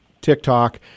TikTok